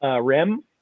rim